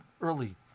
early